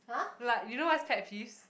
like you know what's pet peeves